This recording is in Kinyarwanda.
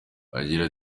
agira